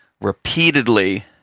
repeatedly